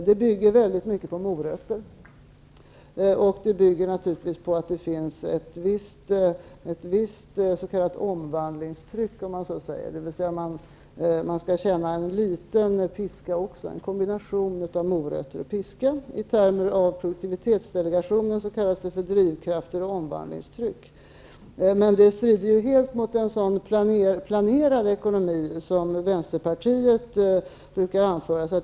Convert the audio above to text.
Det bygger väldigt mycket på morötter och det bygger naturligtvis på att det finns ett visst s.k. omvandlingstryck. Man skall känna en liten piska också. Det är en kombination av morötter och piska. Med produktivitetsdelegationens termer kallas det för drivkrafter och omvandlingstryck. Men det strider helt mot en sådan planerad ekonomi som vänsterpartiet brukar föredra.